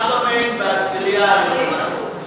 ארבע מהן בעשירייה הראשונה.